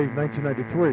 1993